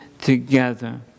together